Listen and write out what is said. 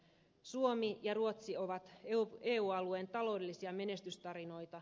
suomi ja ruotsi ovat eu alueen taloudellisia menestystarinoita